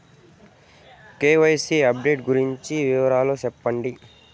KYC update గురించి వివరాలు సెప్పండి?